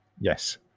Yes